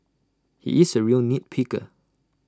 he is A real nit picker